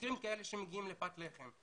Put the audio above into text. ומקרים כאלה שמגיעים לפת לחם.